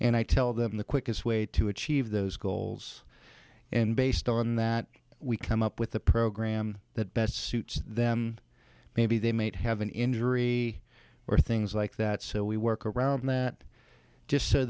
and i tell them the quickest way to achieve those goals and based on that we come up with a program that best suits them maybe they mate have an injury or things like that so we work around that just so